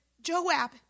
Joab